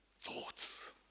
Thoughts